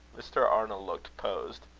mr. arnold looked posed.